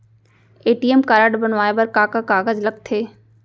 ATM card बनवाये बर का का कागज लगथे?